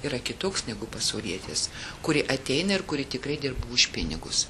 yra kitoks negu pasaulietės kuri ateina ir kuri tikrai dirba už pinigus